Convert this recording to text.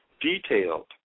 detailed